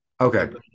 okay